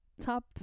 top